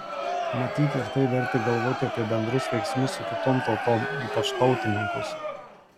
matyt ir tai vertė galvoti apie bendrus veiksmus su kitom tautom ypač tautininkus